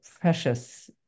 precious